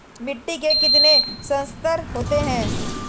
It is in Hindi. मिट्टी के कितने संस्तर होते हैं?